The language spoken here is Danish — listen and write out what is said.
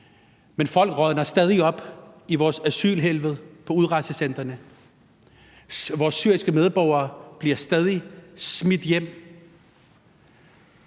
Men folk rådner stadig op i vores asylhelvede på udrejsecentrene. Vores syriske medborgere bliver stadig smidt hjem.